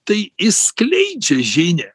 tai išskleidžia žinią